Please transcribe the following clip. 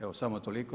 Evo samo toliko.